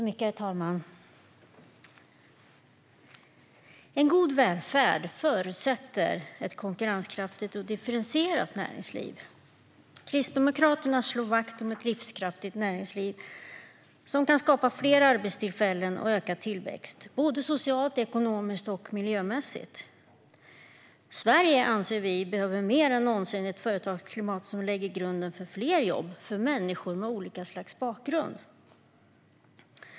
Herr talman! En god välfärd förutsätter ett konkurrenskraftigt och differentierat näringsliv. Kristdemokraterna slår vakt om ett livskraftigt näringsliv som kan skapa fler arbetstillfällen och ökad tillväxt, såväl socialt som ekonomiskt och miljömässigt. Sverige, anser vi, behöver mer än någonsin ett företagsklimat som lägger grunden för fler jobb, för människor med olika slags bakgrund.